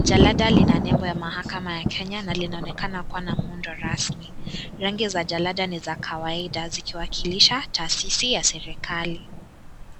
jalada lina nembo ya mahakama ya Kenya na linaonekana kuwa na muundo rasmi. Rangi za jalada ni za kawaida zikiwakilisha tasisi ya serikali.